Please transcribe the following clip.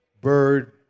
bird